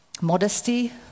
Modesty